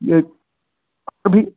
ये अभी